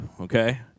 okay